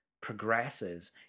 progresses